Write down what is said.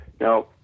Now